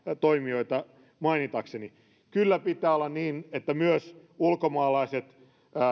toimijoita mainitakseni kyllä pitää olla niin että myös ulkomaalaiset